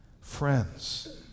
friends